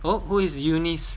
who is